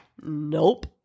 Nope